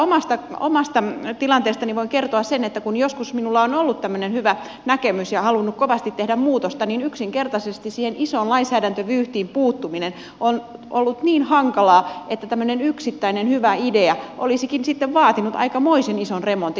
mutta omasta tilanteestani voin kertoa sen että kun joskus minulla on ollut tämmöinen hyvä näkemys ja olen halunnut kovasti tehdä muutosta niin yksinkertaisesti siihen isoon lainsäädäntövyyhtiin puuttuminen on ollut niin hankalaa että tämmöinen yksittäinen hyvä idea olisikin sitten vaatinut aikamoisen ison remontin